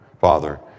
Father